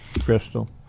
Crystal